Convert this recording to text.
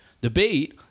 debate